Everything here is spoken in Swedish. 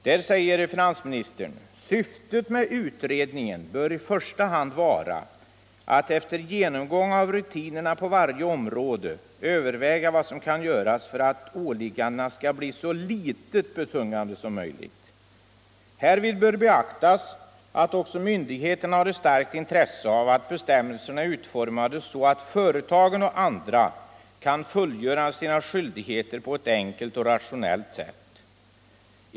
Där säger finansministern: ”Syftet med utredningen bör i första hand vara att efter genomgång av rutinerna på varje område överväga vad som kan göras för att åliggandena skall bli så litet betungande som möjligt. Härvid bör beaktas att också myndigheterna har ett starkt intresse av att bestämmelserna är utformade så att företagen och andra kan fullgöra sina skyldigheter på ett enkelt och rationellt sätt.